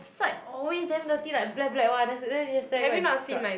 side always damn dirty like black black one then yesterday I go and scrub